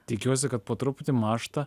tikiuosi kad po truputi mąžta